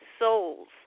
souls